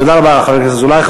תודה רבה לחבר הכנסת אזולאי.